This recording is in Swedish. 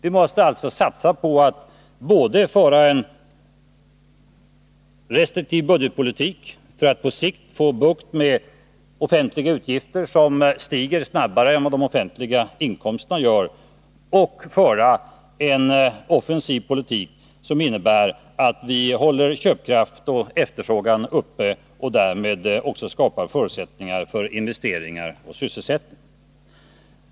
Vi måste alltså satsa på att både föra en restriktiv budgetpolitik för att på sikt få bukt med offentliga utgifter, som stiger snabbare än de offentliga inkomsterna, och föra en offensiv politik som innebär att vi håller köpkraft och efterfrågan uppe samt därmed också skapar förutsättningar för investeringar och sysselsättning.